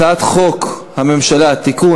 הצעת חוק הממשלה (תיקון,